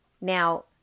Now